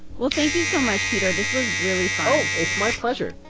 well, thank you so much, peter. this was really fun oh, it's my pleasure.